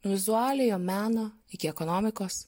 vizualiojo meno iki ekonomikos